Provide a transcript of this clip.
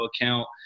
account